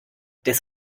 des